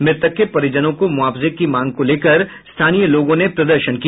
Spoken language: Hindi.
मृतक के परिजनों को मुआवजे की मांग को लेकर स्थानीय लोगों ने प्रदर्शन किया